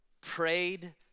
prayed